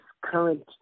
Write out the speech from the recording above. current